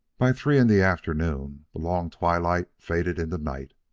by three in the afternoon the long twilight faded into night.